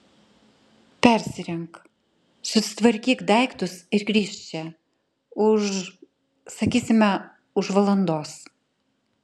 persirenk susitvarkyk daiktus ir grįžk čia už sakysime už valandos